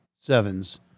sevens